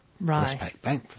Right